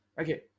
Okay